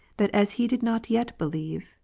that as he did not yet believe,